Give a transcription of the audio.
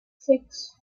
six